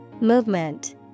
Movement